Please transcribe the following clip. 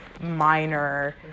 minor